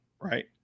right